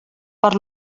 per